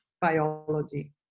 biology